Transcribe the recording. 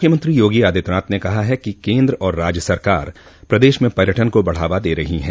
मुख्यमंत्री योगी आदित्यनाथ ने कहा है कि केन्द्र और राज्य सरकार प्रदेश में पर्यटन का बढ़ावा दे रही हैं